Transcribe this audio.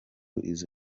izo